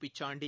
Pichandi